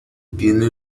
tiene